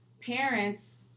parents